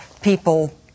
people